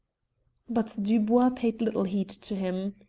but dubois paid little heed to him.